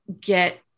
get